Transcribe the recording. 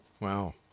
Wow